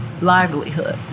livelihood